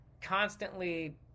constantly